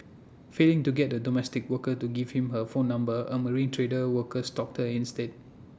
failing to get A domestic worker to give him her phone number A marine trade worker stalked her instead